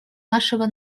нашего